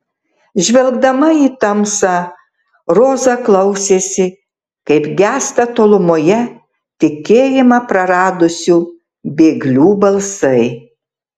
žvelgdama į tamsą roza klausėsi kaip gęsta tolumoje tikėjimą praradusių bėglių balsai